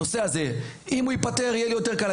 הנושא הזה אם הוא ייפתר יהיה לי יותר קל,